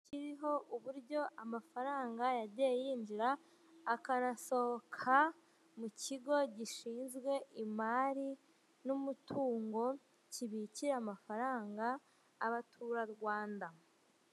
Kiriho uburyo amafaranga yagiye yinjira akanasohoka mu kigo gishinzwe imari n'umutungo kibikiye amafaranga abaturarwanda.